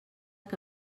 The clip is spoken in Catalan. que